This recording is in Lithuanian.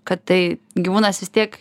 kad tai gyvūnas vis tiek